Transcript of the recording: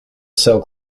cell